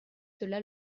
cela